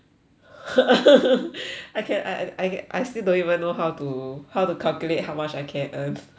I can I I I still don't even know how to how to calculate how much I can earn